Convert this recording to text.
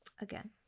again